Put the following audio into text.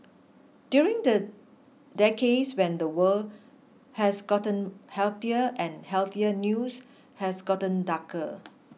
during the decades when the world has gotten happier and healthier news has gotten darker